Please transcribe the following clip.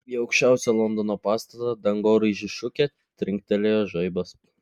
į aukščiausią londono pastatą dangoraižį šukė trinktelėjo žaibas